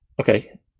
Okay